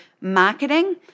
marketing